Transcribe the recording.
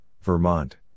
Vermont